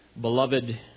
beloved